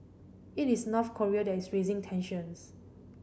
it is North Korea that is raising tensions